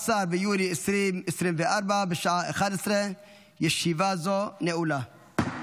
ביולי 2024, בשעה 11:00. ישיבה זו נעולה.